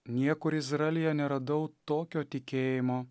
niekur izraelyje neradau tokio tikėjimo